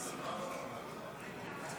הטרומית ותעבור לדיון